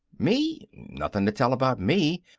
me? nothin' to tell about me.